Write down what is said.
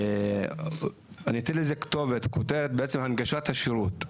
אני אתן לזה כותרת, הנגשת השירות.